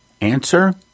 Answer